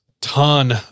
Ton